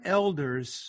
elders